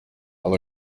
aba